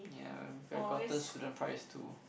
ya we could have gotten student price too